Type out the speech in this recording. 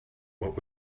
what